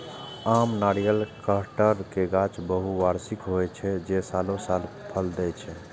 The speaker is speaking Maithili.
आम, नारियल, कहटर के गाछ बहुवार्षिक होइ छै, जे सालों साल फल दै छै